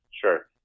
Sure